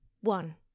One